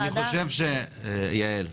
אנחנו